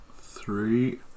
three